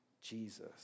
Jesus